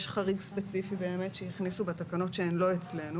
יש חריג ספציפי באמת שהכניסו בתקנות שהן לא אצלנו,